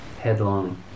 headlong